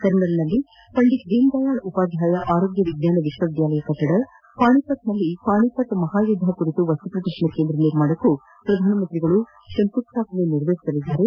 ಕರ್ನಲ್ನಲ್ಲಿ ಪಂಡಿತ್ ದೀನ್ ದಯಾಳ್ ಉಪಾಧ್ಯಾಯ ಆರೋಗ್ಯ ವಿಜ್ಞಾನ ವಿಶ್ವವಿದ್ಯಾಲಯ ಕಟ್ಟಡ ಪಾಣಿಪತ್ನಲ್ಲಿ ಪಾಣಿಪತ್ ಮಹಾಯುದ್ದ ಕುರಿತ ವಸ್ತುಪ್ರದರ್ಶನ ಕೇಂದ್ರ ನಿರ್ಮಾಣಕ್ಕೂ ಪ್ರಧಾನಿ ನರೇಂದ್ರ ಮೋದಿ ಶಂಕುಸ್ಟಾಪನೆ ನೆರವೇರಿಸಲಿದ್ದಾರೆ